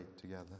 together